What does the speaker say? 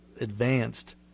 advanced